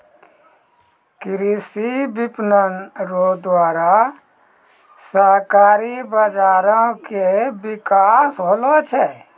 कृषि विपणन रो द्वारा सहकारी बाजारो के बिकास होलो छै